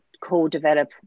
co-develop